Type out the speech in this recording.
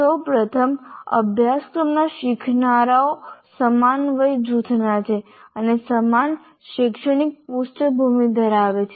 સૌ પ્રથમ અભ્યાસક્રમના શીખનારાઓ સમાન વય જૂથના છે અને સમાન શૈક્ષણિક પૃષ્ઠભૂમિ ધરાવે છે